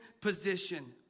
position